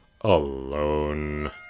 alone